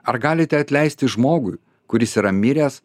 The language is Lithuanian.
ar galite atleisti žmogui kuris yra miręs